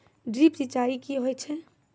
Drip सिंचाई कि होय छै?